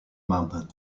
mountain